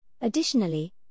Additionally